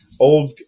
Old